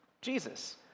Jesus